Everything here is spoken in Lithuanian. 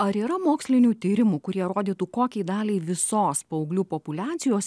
ar yra mokslinių tyrimų kurie rodytų kokiai daliai visos paauglių populiacijos